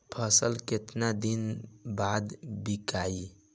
फसल केतना दिन बाद विकाई?